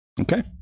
Okay